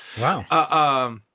Wow